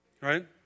Right